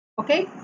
okay